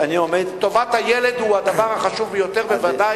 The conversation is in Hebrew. אני רק רוצה לומר שצודק שר הפנים במובן זה שהוא בא ואומר